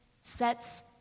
sets